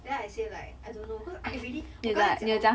then I say like I don't know because I really 我刚才讲